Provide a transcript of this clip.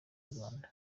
inyarwanda